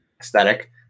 aesthetic